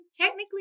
technically